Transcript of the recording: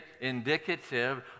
indicative